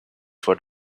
for